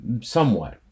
Somewhat